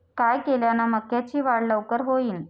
काय केल्यान मक्याची वाढ लवकर होईन?